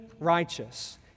righteous